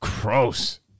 Gross